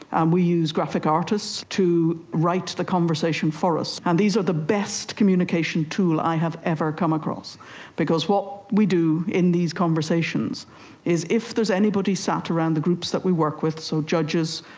and we use graphic artists to write the conversation for us. and these are the best communication tool i have ever come across because what we do in these conversations is if there's anybody sat around the groups that we work with so judges,